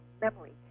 memory